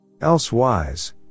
Elsewise